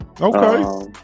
Okay